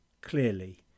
clearly